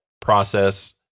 process